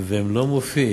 והם לא מופיעים.